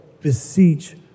beseech